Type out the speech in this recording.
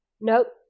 Nope